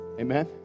Amen